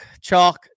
chalk